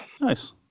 Nice